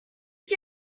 was